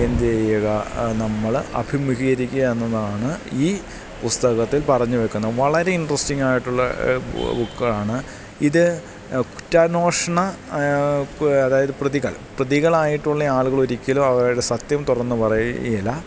എന്തു ചെയ്യുക നമ്മള് അഭിമുഖീകരിക്കുക എന്നതാണ് ഈ പുസ്തകത്തിൽ പറഞ്ഞുവയ്ക്കുന്നത് വളരെ ഇൻട്രസ്റ്റിങ്ങായിട്ടുള്ള ബുക്കാണ് ഇത് കുറ്റാന്വേഷണ അതായത് പ്രതികൾ പ്രതികളായിട്ടുള്ള ആളുകളൊരിക്കലും അവരുടെ സത്യം തുറന്നു പറയുകേലാ